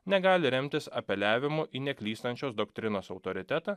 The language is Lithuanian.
negali remtis apeliavimu į neklystančios doktrinos autoritetą